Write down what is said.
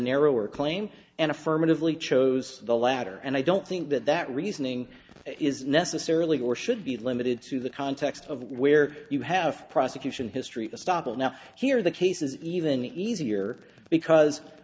narrower claim and affirmatively chose the latter and i don't think that that reasoning is necessarily or should be limited to the context of where you have a prosecution history to stop and now here the case is even easier because